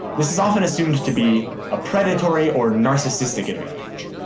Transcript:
this is often assumed to be ah predatory or narcissistic.